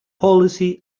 policy